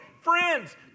friends